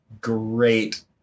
great